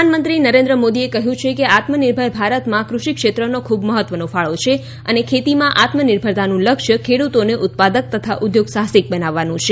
પ્રધાનમંત્રી નરેન્દ્ર મોદીએ કહ્યું છે કે આત્મનિર્ભર ભારતમાં કૃષિ ક્ષેત્રનો ખૂબ મહત્વનો ફાળો છે અને ખેતીમાં આત્મનિર્ભરતાનું લક્ષ્ય ખેડૂતોને ઉત્પાદક તથા ઉદ્યોગ સાહસિક બનાવવાનું છે